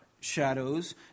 shadows